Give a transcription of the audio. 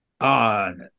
on